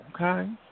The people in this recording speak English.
Okay